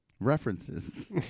References